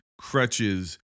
crutches